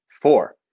four